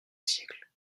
siècles